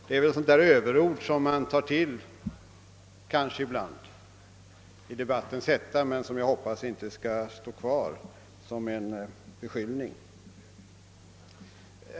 Det är väl ett sådant överord som man kanske ibland tar till i debattens hetta men som jag hoppas inte skall stå kvar som en beskyllning.